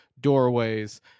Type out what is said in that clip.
doorways